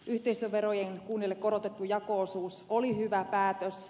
yhteisöverojen kunnille korotettu jako osuus oli hyvä päätös